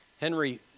Henry